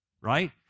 right